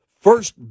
first